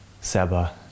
Seba